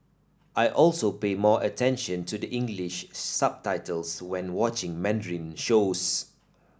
I also pay more attention to the English subtitles when watching Mandarin shows